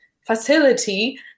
facility